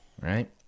right